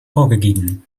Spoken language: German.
vorgegeben